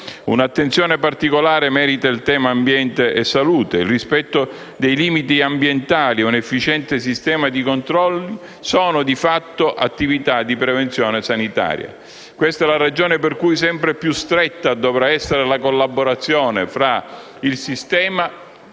Un'attenzione particolare merita il tema ambiente e salute. Il rispetto dei limiti ambientali e un efficiente sistema di controlli sono, di fatto, attività di prevenzione sanitaria. Questa è la ragione per cui sempre più stretta dovrà essere la collaborazione tra il Sistema